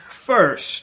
first